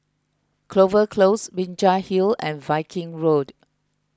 Clover Close Binjai Hill and Viking Road